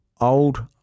old